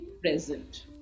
present